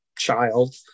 child